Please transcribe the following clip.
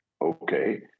Okay